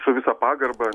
su visa pagarba